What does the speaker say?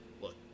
look